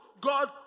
God